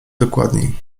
dokładniej